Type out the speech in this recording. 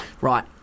Right